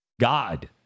God